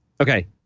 Okay